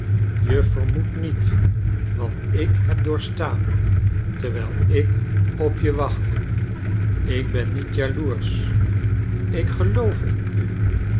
je vermoedt niet wat ik heb doorgestaan terwijl ik op je wachtte ik ben niet jaloersch ik geloof in u